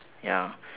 ya